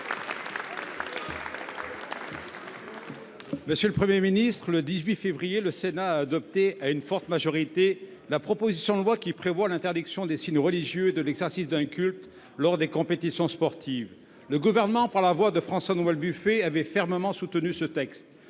Monsieur le Premier ministre, le 18 février dernier, le Sénat a adopté, à une forte majorité, la proposition de loi qui prévoit l’interdiction des signes religieux et de l’exercice d’un culte lors des compétitions sportives. À cette occasion, le Gouvernement, par la voix de François Noël Buffet, a fermement soutenu ce texte,